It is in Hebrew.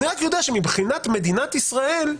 אני רק יודע שמבחינת מדינת ישראל,